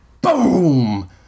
Boom